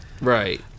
Right